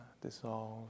dissolve